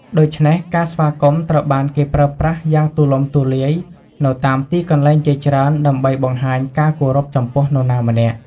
ដូច្នេះ ការស្វាគមន៍ត្រូវបានគេប្រើប្រាស់យ៉ាងទូលំទូលាយនៅតាមទីកន្លែងជាច្រើន ដើម្បីបង្ហាញការគោរពចំពោះនរណាម្នាក់។